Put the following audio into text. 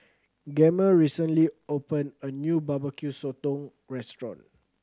Gemma recently opened a new Barbecue Sotong restaurant